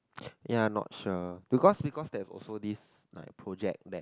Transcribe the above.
ya not sure because because there's also this like project that